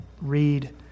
read